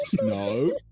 No